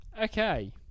Okay